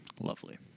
Lovely